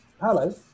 hello